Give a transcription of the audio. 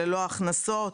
ללא הכנסות,